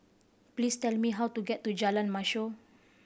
please tell me how to get to Jalan Mashhor